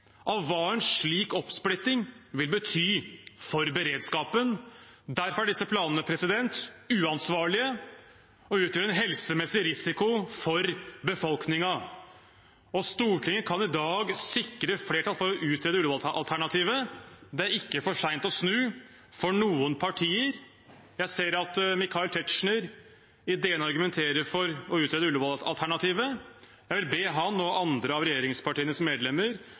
av hva en slik oppsplitting vil bety for beredskapen. Derfor er disse planene uansvarlige og utgjør en helsemessig risiko for befolkningen. Stortinget kan i dag sikre flertall for å utrede Ullevål-alternativet. Det er ikke for seint å snu for noen partier. Jeg ser at Michael Tetzschner i DN argumenterer for å utrede Ullevål-alternativet. Jeg vil be ham og andre av regjeringspartienes medlemmer